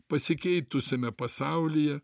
pasikeitusiame pasaulyje